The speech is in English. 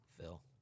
Phil